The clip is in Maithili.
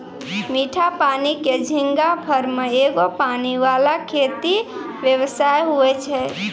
मीठा पानी के झींगा फार्म एगो पानी वाला खेती व्यवसाय हुवै छै